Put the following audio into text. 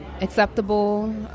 acceptable